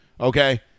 okay